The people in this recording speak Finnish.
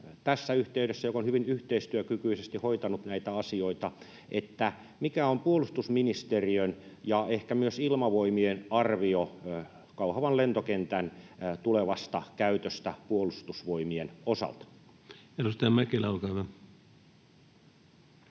puolustusministeriltä, joka on hyvin yhteistyökykyisesti hoitanut näitä asioita: mikä on puolustusministeriön ja ehkä myös Ilmavoimien arvio Kauhavan lentokentän tulevasta käytöstä Puolustusvoimien osalta? Edustaja Mäkelä, olkaa hyvä.